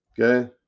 Okay